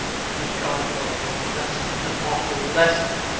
good god, dorian, what a lesson! what an awful lesson!